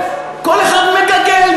כל אחד מגגל,